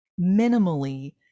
minimally